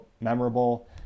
memorable